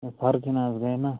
فرقٕے نہَ حظ گٔے نہٕ